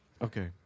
Okay